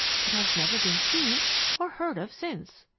but has never been seen or heard of since.